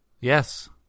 Yes